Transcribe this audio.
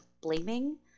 blaming